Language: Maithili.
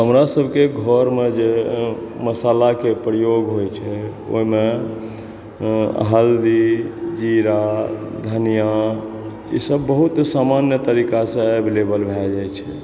हमरा सबके घर मे जे मसाला के प्रयोग होए छै ओहिमे हल्दी जीरा धनिया ईसब बहुत सामान्य तरीक़ा सॅं अवेलबल भए जाइ छै